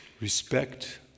Respect